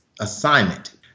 assignment